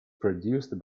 produced